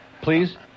Please